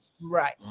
Right